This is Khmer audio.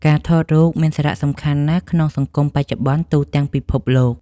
ការថតរូបមានសារ:សំខាន់ណាស់ក្នុងសង្គមបច្ចុប្បន្នទូទាំងពិភពលោក។